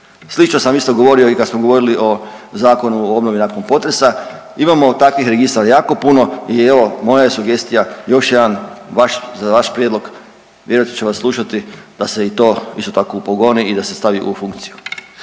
Slično sam isto govorio i kad smo govorili o Zakonu o obnovi nakon potresa. Imamo takvih registara jako puno i evo moja je sugestija još jedan vaš, za vaš prijedlog, vjerojatno će vas slušati da se i to više tako upogoni i da se stavi u funkciju.